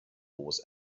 was